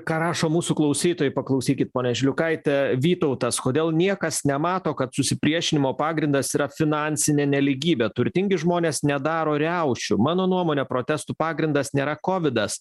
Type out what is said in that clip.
ką rašo mūsų klausytojai paklausykit pone žiliukaite vytautas kodėl niekas nemato kad susipriešinimo pagrindas yra finansinė nelygybė turtingi žmonės nedaro riaušių mano nuomone protestų pagrindas nėra kovidas